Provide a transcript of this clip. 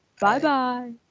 Bye-bye